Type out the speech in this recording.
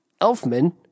Elfman